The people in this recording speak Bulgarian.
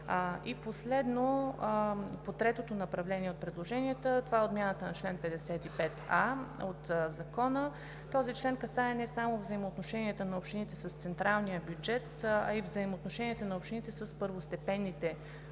Последно, третото направление от предложенията е отмяната на чл. 55а от Закона. Този член касае не само взаимоотношенията на общините с централния бюджет, а и взаимоотношенията на общините с първостепенните